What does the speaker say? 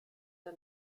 der